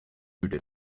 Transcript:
did